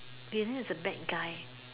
villain is a bad guy